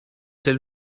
tel